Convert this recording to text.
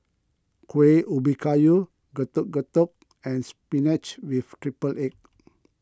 Kueh Ubi Kayu Getuk Getuk and Spinach with Triple Egg